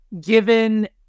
given